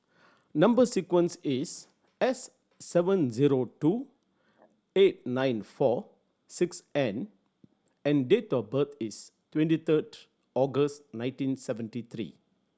number sequence is S seven zero two eight nine four six N and date of birth is twenty third August nineteen seventy three